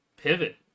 pivot